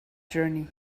journey